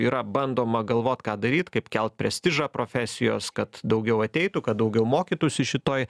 yra bandoma galvot ką daryt kaip kelt prestižą profesijos kad daugiau ateitų kad daugiau mokytųsi šitoj